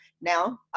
now